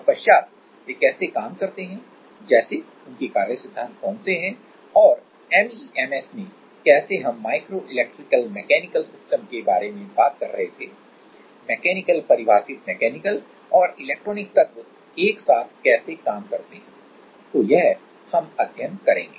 तत्पश्चात वे कैसे काम करते हैं जैसे उनके कार्य सिद्धांत कौन से हैं और एमईएमएस में कैसे हम माइक्रो इलेक्ट्रिकल मैकेनिकल सिस्टम के बारे में बात कर रहे थे मैकेनिकल परिभाषित मैकेनिकल और इलेक्ट्रॉनिक तत्व एक साथ कैसे काम करते हैं तो यह हम अध्ययन करेंगे